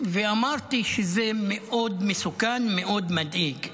ואמרתי שזה מאוד מסוכן, מאוד מדאיג.